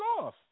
off